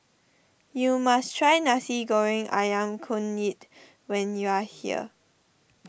you must try Nasi Goreng Ayam Kunyit when you are here